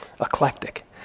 eclectic